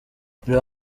reba